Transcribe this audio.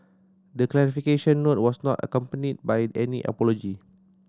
the clarification note was not accompanied by any apology